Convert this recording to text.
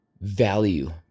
value